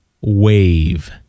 Wave